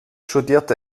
studiert